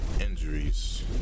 injuries